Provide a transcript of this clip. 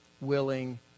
willing